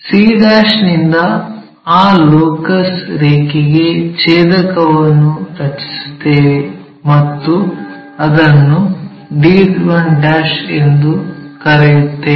c ನಿಂದ ಆ locus ರೇಖೆಗೆ ಛೇದಕವನ್ನು ರಚಿಸುತ್ತೇವೆ ಮತ್ತು ಅದನ್ನು d1 ಎಂದು ಕರೆಯುತ್ತೇವೆ